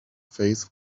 face